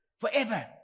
forever